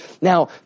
Now